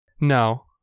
No